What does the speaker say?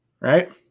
Right